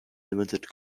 limited